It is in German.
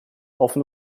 offen